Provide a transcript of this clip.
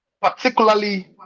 particularly